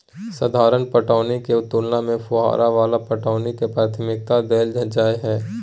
साधारण पटौनी के तुलना में फुहारा वाला पटौनी के प्राथमिकता दैल जाय हय